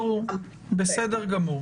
ובלבד ששוכנעו";